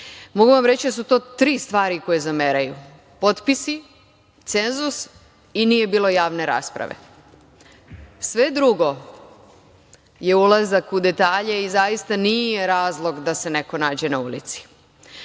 mogu vam reći da su to tri stvari koje zameraju – potpisi, cenzus i nije bilo javne rasprave. Sve drugo je ulazak u detalje i zaista nije razlog da se neko nađe na ulici. Da